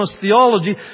theology